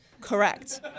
Correct